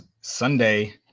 Sunday